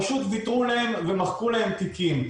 פשוט ויתרו להם ומחקו להם תיקים.